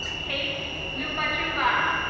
kate klupachuva.